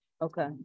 Okay